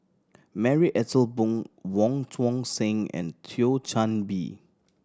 Marie Ethel Bong Wong Tuang Seng and Thio Chan Bee